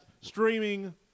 streaming